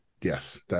yes